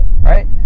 right